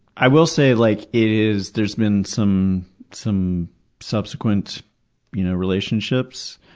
i will say, like, it is there's been some some subsequent you know relationships,